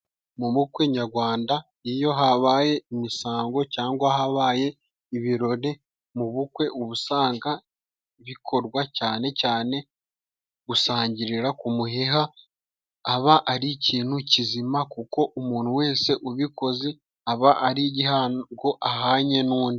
Mu bukwe nyagwanda iyo habaye imisango cyangwa habaye ibirori mu bukwe, uba usanga bikogwa cyane cyane gusangirira ku muheha. Aba ari ikintu kizima kuko umuntu wese ubikoze aba ari igihango ahanye n'undi.